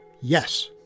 yes